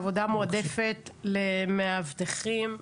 עבודה מועדפת למאבטחים,